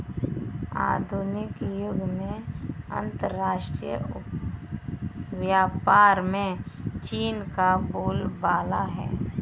आधुनिक युग में अंतरराष्ट्रीय व्यापार में चीन का बोलबाला है